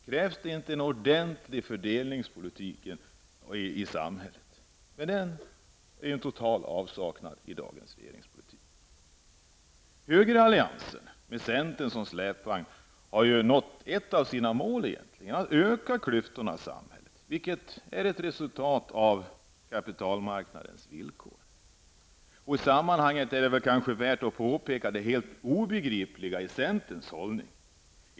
Krävs det inte en ordentlig fördelningspolitik i samhället? Men en sådan politik saknas totalt i dagens regeringspolitik. Högeralliansen, med centern som släpvagn, har egentligen uppnått ett av sina mål -- att öka klyftorna i samhället -- vilket är ett resultat av kapitalmarknadens villkor. Dessutom är det kanske värt att peka på det helt obegripliga i centerns hållning.